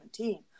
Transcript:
2017